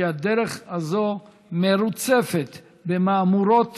כי הדרך הזו רצופה במהמורות